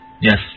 Yes